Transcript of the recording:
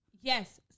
Yes